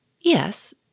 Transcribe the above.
Yes